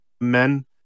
men